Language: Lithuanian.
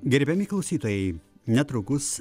gerbiami klausytojai netrukus